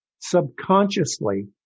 subconsciously